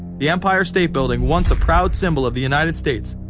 the empire state building, once a proud symbol of the united states,